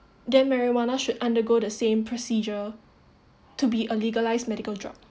then marijuana should undergo the same procedure to be a legalised medical drug